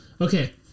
Okay